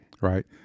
right